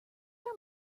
are